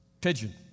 pigeon